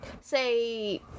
say